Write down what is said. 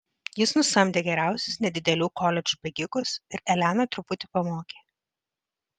jis nusamdė geriausius nedidelių koledžų bėgikus ir eleną truputį pamokė